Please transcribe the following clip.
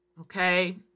okay